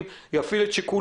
יכול להיות גם